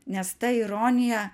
nes ta ironija